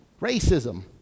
Racism